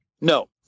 No